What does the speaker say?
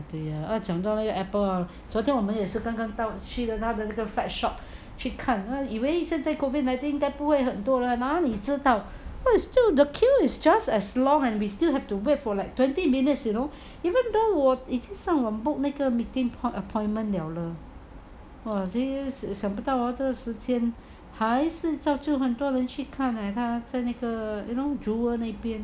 对 lor 讲到那个 apple hor 昨天我们也是刚刚到去那个 flag shop 去看看以为现在 COVID nineteen 不会很多人哪里知道 it's still the queue is just as long and we still have to wait for like twenty minutes you know even though 我已经上网 book 那个 meeting appointment 了了 !wah! this is 想不到 hor 这个时间还是照旧很多人去看 eh you know jewel 那边